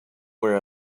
where